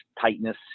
tightness